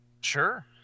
Sure